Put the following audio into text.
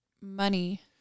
Money